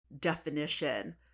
definition